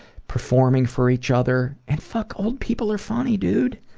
performing for each other, and fuck old people are funny dude.